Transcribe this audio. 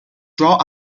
draw